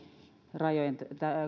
rajojen